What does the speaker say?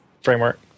framework